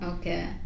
Okay